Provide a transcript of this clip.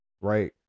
right